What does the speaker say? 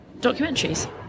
documentaries